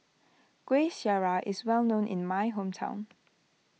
Kueh Syara is well known in my hometown